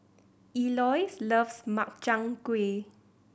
Eloise loves Makchang Gui